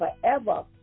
forever